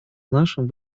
нашим